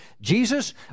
Jesus